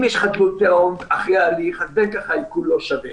אם יש חדלות פירעון אחרי ההליך אז בין כך העיקול לא שווה,